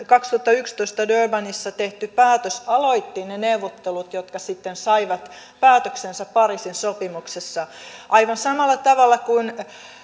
kaksituhattayksitoista durbanissa tehty päätös aloitti ne neuvottelut jotka sitten saivat päätöksensä pariisin sopimuksessa aivan samalla tavalla kuin